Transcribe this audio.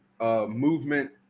movement